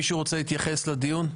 מישהו רוצה להתייחס לדיון?